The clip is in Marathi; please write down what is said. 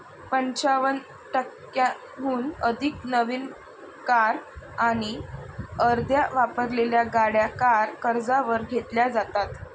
पंचावन्न टक्क्यांहून अधिक नवीन कार आणि अर्ध्या वापरलेल्या गाड्या कार कर्जावर घेतल्या जातात